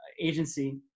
agency